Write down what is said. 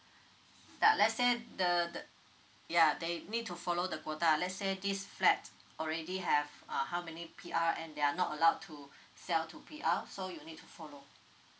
the let's say the the ya they need to follow the quota let's say this flat already have uh how many P_R and they are not allowed to sell to P_R so you'll need to follow